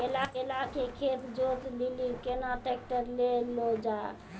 केला के खेत जोत लिली केना ट्रैक्टर ले लो जा?